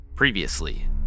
Previously